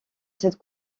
cette